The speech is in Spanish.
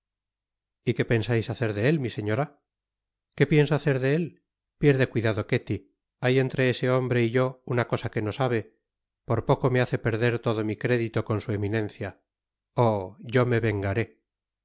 y qué pensais hacer de él mi señora qué pienso hacer de él pierde cuidado ketty hay entre ese hombre y yo una cosa que no sabe por poco me hace perder todo mi crédito con su eminencia oh yo me vengaré